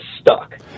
stuck